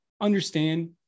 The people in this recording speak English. understand